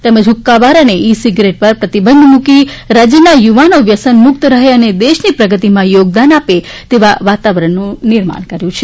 તેમજ ઠ્ક્કાબાર અને ઈ સીગારેટ પર પ્રતિબંધ મુકી રાજ્યના યુવાનો વ્યસનમુક્ત રહે અને દેશની પ્રગતિમાં યોગદાન આપે તેવું વાતાવરણ નિર્માણ કરાયું છે